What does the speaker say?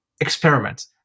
experiment